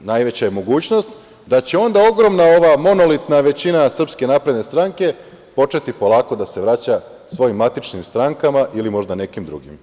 najveća je mogućnost da će onda ogromna ova monolitna većina SNS početi polako da se vraća svojim matičnim strankama ili možda nekim drugim.